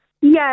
yes